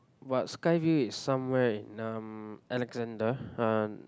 but Skyview is somewhere in um Alexander um